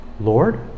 Lord